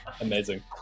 Amazing